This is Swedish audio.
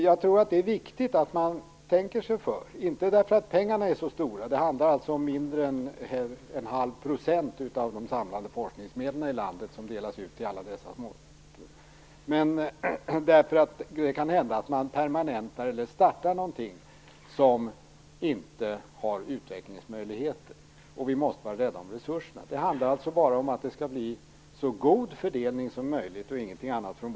Jag tror att det är viktigt att man tänker sig för, inte därför att pengarna är så stora - det handlar om mindre än 1⁄2 % av de samlade forskningsmedlen i landet - utan därför att det kan hända att man startar eller permanentar någonting som inte har utvecklingsmöjligheter, och vi måste vara rädda om resurserna. Det handlar alltså bara om att det skall bli en så bra fördelning som möjligt och ingenting annat.